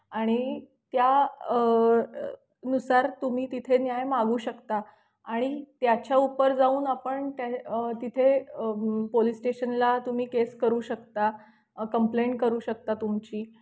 आणि त्या नुसार तुम्ही तिथे न्याय मागू शकता आणि त्याच्या उपर जाऊन आपण त्या तिथे पोलीस स्टेशनला तुम्ही केस करू शकता कंप्लेंट करू शकता तुमची